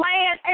Land